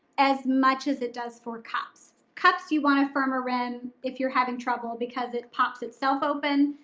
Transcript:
as much as it does for cups. cups, you want a firmer rim if you're having trouble because it pops itself open.